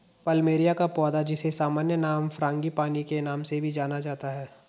plumeria का पौधा, जिसे सामान्य नाम फ्रांगीपानी के नाम से भी जाना जाता है